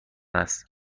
است